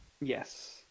Yes